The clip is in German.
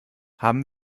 haben